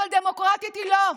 אבל דמוקרטית היא לא.